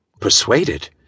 Persuaded